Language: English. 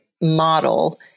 model –